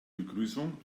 begrüßung